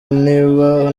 niba